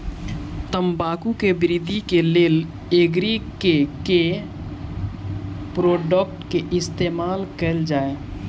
तम्बाकू केँ वृद्धि केँ लेल एग्री केँ के प्रोडक्ट केँ इस्तेमाल कैल जाय?